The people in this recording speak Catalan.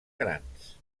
grans